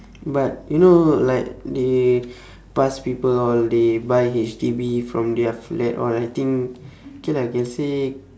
but you know like they past people all they buy H_D_B from their flat all I think okay lah can say